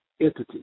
entity